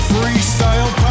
Freestyle